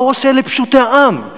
מה הוא עושה לפשוטי העם?